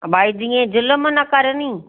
भाई जीअं ज़ुलम न कर नी